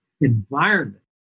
environment